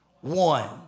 one